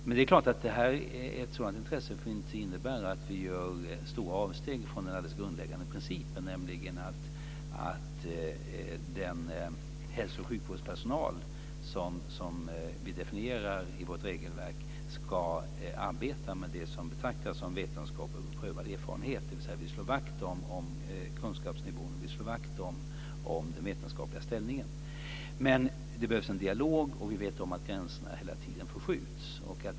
Ett sådant intresse får inte innebära att vi gör stora avsteg från den grundläggande principen, nämligen att den hälso och sjukvårdspersonal som definieras i vårt regelverk ska arbeta med det som betraktas som vetenskap och beprövad erfarenhet. Vi slår vakt om kunskapsnivån och den vetenskapliga ställningen. Men det behövs en dialog. Vi vet att gränserna förskjuts hela tiden.